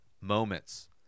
moments